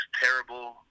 terrible